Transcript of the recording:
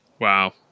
Wow